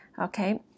Okay